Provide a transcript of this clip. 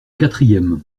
quatrième